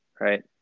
right